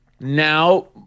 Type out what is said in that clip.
Now